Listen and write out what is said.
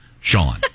Sean